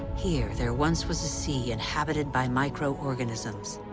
here, there once was a sea, inhabited by micro-organisms.